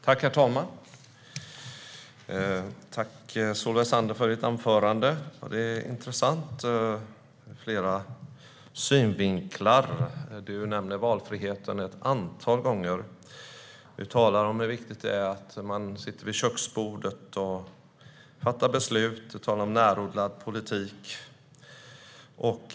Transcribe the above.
Herr talman! Tack, Solveig Zander, för ditt anförande! Det är intressant ur flera synvinklar. Du nämner valfriheten ett antal gånger och talar om hur viktigt det är att man kan sitta vid köksbordet och fatta beslut. Du talar om närodlad politik.